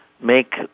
make